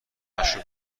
مشروب